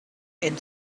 and